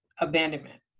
abandonment